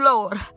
Lord